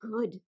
good